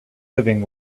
living